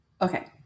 okay